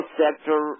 sector